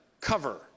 cover